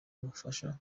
ubufasha